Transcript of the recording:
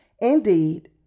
Indeed